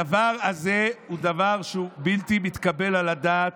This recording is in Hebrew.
הדבר הזה הוא דבר בלתי מתקבל על הדעת.